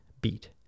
beat